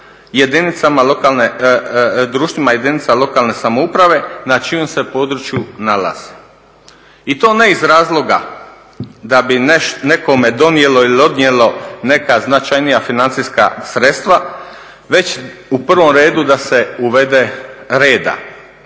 društvima, društvima jedinica lokalne samouprave na čijem se području nalazi i to ne iz razloga da bi nekome donijelo ili odnijelo neka značajnija financijska sredstva, već u prvom redu da se uvede reda.